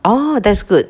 oh that's good